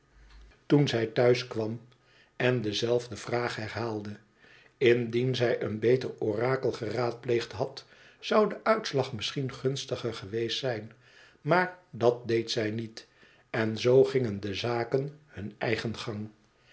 toen zij thuis kwam en dezelfde vraag herhaalde indien zij een beter orakel geraadpleegd had zou de uitslag misschien gunstiger geweest zijn maar dat deed zij niet en zoo gingen de zaken hun eigen gang